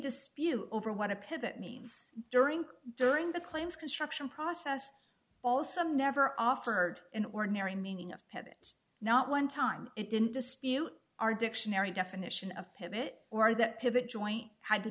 dispute over what a pivot means during during the claims construction process balsam never offered an ordinary meaning of pivot not one time it didn't dispute our dictionary definition of pivot or that pivot joint had to